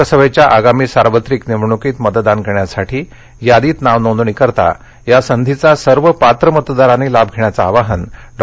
लोकसभेच्या आगामी सार्वत्रिक निवडणुकीत मतदान करण्यासाठी यादीत नाव नोंदणीकरिता या संधीचा सर्व पात्र मतदारांनी लाभ घेण्याचं आवाहन डॉ